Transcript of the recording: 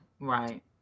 Right